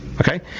Okay